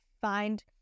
find